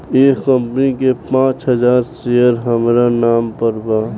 एह कंपनी के पांच हजार शेयर हामरा नाम पर बा